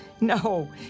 No